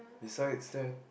besides there